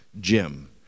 Jim